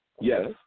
Yes